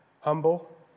humble